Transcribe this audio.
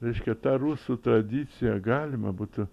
reiškia tą rusų tradiciją galima būtų